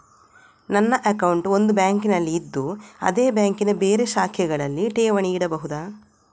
ನನ್ನ ಅಕೌಂಟ್ ಒಂದು ಬ್ಯಾಂಕಿನಲ್ಲಿ ಇದ್ದು ಅದೇ ಬ್ಯಾಂಕಿನ ಬೇರೆ ಶಾಖೆಗಳಲ್ಲಿ ಠೇವಣಿ ಇಡಬಹುದಾ?